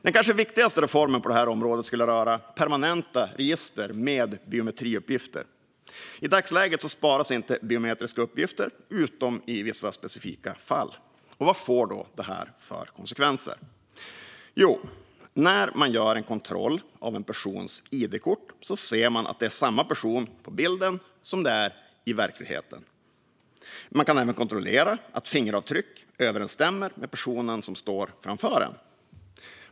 Den kanske viktigaste reformen på detta område skulle röra permanenta register med biometriuppgifter. I dagsläget sparas inte biometriska uppgifter utom i vissa specifika fall. Vilka konsekvenser får då detta? När man gör en kontroll av en persons id-kort ser man att det är samma person på bilden som i verkligheten. Man kan även kontrollera att fingeravtryck överensstämmer med personen som står framför en.